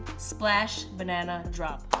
splash, banana, drop.